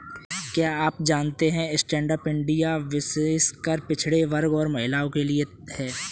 क्या आप जानते है स्टैंडअप इंडिया विशेषकर पिछड़े वर्ग और महिलाओं के लिए है?